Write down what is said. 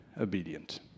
obedient